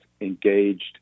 engaged